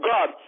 God